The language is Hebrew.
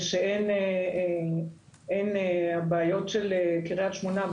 ושאין בעיות של קריית שמונה,